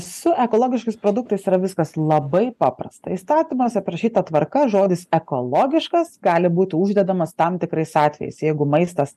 su ekologiškais produktais yra viskas labai paprasta įstatymuose aprašyta tvarka žodis ekologiškas gali būti uždedamas tam tikrais atvejais jeigu maistas